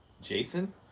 jason